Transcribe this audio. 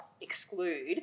exclude